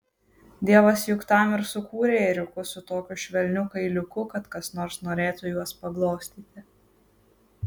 dievas juk tam ir sukūrė ėriukus su tokiu švelniu kailiuku kad kas nors norėtų juos paglostyti